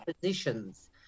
positions